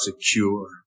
secure